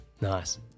Nice